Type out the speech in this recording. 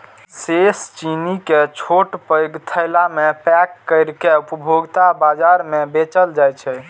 शेष चीनी कें छोट पैघ थैला मे पैक कैर के उपभोक्ता बाजार मे बेचल जाइ छै